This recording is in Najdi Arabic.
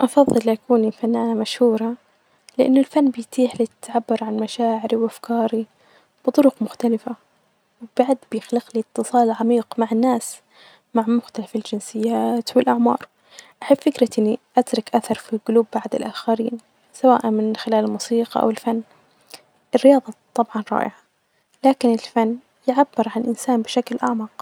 أفظل أكون فنانة مشهورة لأنه الفن بيتيح لي التعبر عن مشاعري وأفكاري بطرق مختلفة ،وبعد بيخلقلي إتصال عميق مع الناس، مع مختلف الجنسيات والأعمار، أحب فكرة إني أترك أثر في قلوب بعض الآخرين سواء من خلال موسيقي أو الفن ،الرياظة طبعا رائعة لكن الفن يعبر عن الإنسان بشكل أعمق.